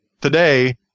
today